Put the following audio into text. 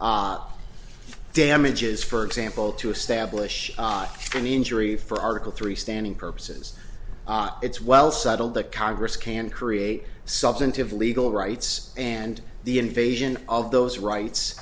damages for example to establish an injury for article three standing purposes it's well settled that congress can create substantive legal rights and the invasion of those